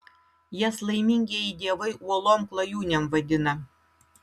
jas laimingieji dievai uolom klajūnėm vadina